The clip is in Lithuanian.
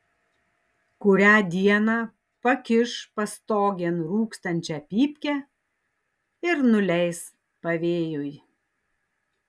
kurią dieną pakiš pastogėn rūkstančią pypkę ir nuleis pavėjui